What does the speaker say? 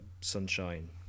sunshine